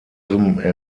rhythm